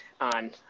on